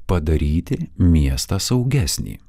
padaryti miestą saugesnį